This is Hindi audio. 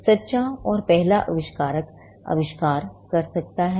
अब सच्चा और पहला आविष्कारक आविष्कार कर सकता है